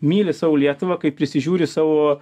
myli savo lietuvą kaip prisižiūri savo